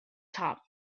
top